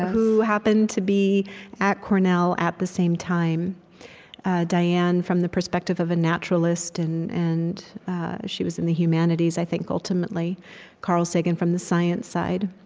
who happened to be at cornell at the same time diane from the perspective of a naturalist, and and she was in the humanities, i think, ultimately carl sagan from the science side.